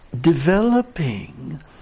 developing